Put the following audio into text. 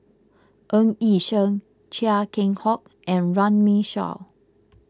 Ng Yi Sheng Chia Keng Hock and Runme Shaw